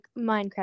Minecraft